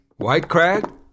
Whitecrag